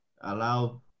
allow